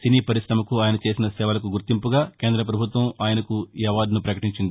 సినీ పర్కాశమకు ఆయన చేసిన సేవలకు గుర్తింపుగా కేంద్ర ప్రభుత్వం ఆయనకు ఈ అవార్డును ప్రకటించింది